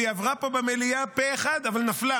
היא עברה פה במליאה פה אחד, אבל נפלה.